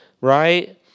right